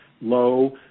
low